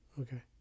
Okay